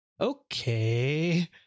Okay